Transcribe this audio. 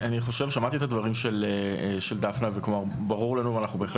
שמעתי את הדברים של דפנה וכבר ברור לנו ואנחנו בהחלט